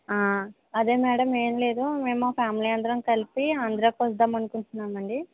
అదే మేడం ఏం లేదు మేము మా ఫ్యామిలీ అందరం కలిపి ఆంధ్రాకి వద్దాం అనుకుంటున్నామండి